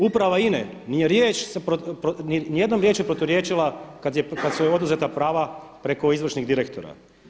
Uprava INA-e nije nijednom riječju se proturječila kad su joj oduzeta prava preko izvršnih direktora.